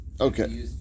Okay